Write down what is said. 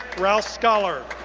rouse scholar.